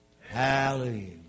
Hallelujah